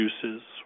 juices